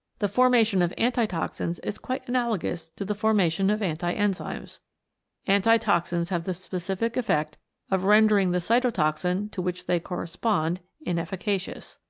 the formation of antitoxins is quite analogous to the formation of anti-enzymes. antitoxins have the specific effect of rendering the cytotoxin, to which they correspond, inefficacious.